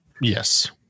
Yes